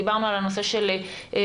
דיברנו על הנושא של בריכות,